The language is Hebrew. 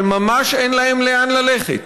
אבל ממש אין להם לאן ללכת.